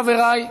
חבריי,